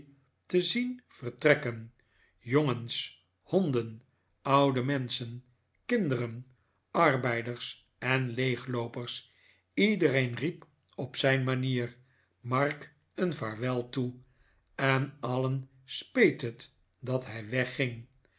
te zien vertrekken jongens honden oude menschen kinderen arbeiders en leegloopers iedereen riep op zijn manier mark een vaarwel toe en alien speet het dat hij wegging